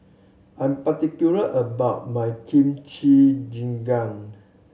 I am particular about my Kimchi Jjigae